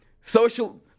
social